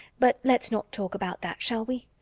but let's not talk about that, shall we?